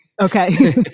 Okay